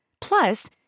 Plus